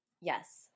Yes